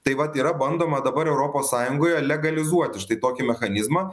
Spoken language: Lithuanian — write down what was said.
tai vat yra bandoma dabar europos sąjungoje legalizuoti štai tokį mechanizmą